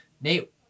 Nate